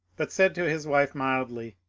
but said to his wife mildly,